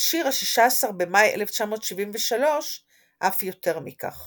ובשיר ה-16 במאי 1973 אף יותר מכך –